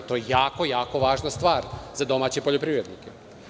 To je jako, jako važna stvar za domaće poljoprivrednike.